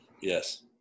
Yes